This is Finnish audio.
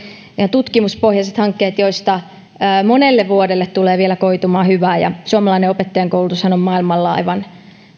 tutkimuspohjaiset hankkeet joista tulee vielä koitumaan hyvää monelle vuodelle suomalainen opettajankoulutushan on maailmalla aivan